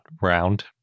round